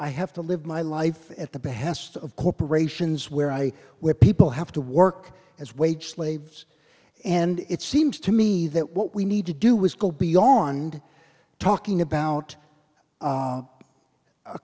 i have to live my life at the behest of corporations where i where people have to work as wage slaves and it seems to me that what we need to do was go beyond talking about